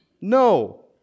No